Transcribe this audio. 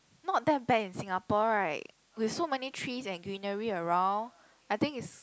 not that bad in Singapore right with so many trees and greenery around I think is